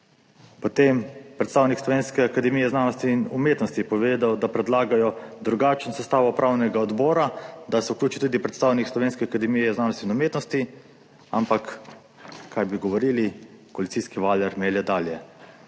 Tudi predstavnik Slovenske akademije znanosti in umetnosti je povedal, da predlagajo drugačno sestavo upravnega odbora, da se vključi tudi predstavnik Slovenske akademije znanosti in umetnosti, ampak kaj bi govorili, koalicijski valjar melje dalje.